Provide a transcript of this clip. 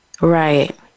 Right